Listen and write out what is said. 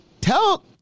Tell